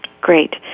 Great